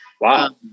Wow